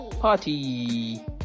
Party